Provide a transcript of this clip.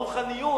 הרוחניות,